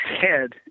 head